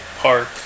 park